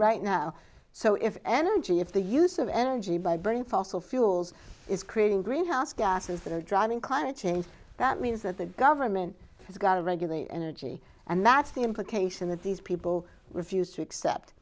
right now so if energy if the use of energy by burning fossil fuels is creating greenhouse gases that are driving climate change that means that the government has got to regulate energy and that's the implication that these people refuse